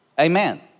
Amen